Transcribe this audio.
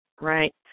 Right